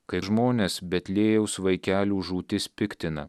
kai žmonės betliejaus vaikelių žūtis piktina